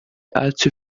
allzu